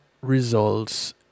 results